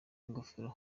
ingofero